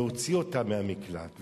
להוציא אותה מהמקלט.